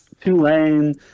Tulane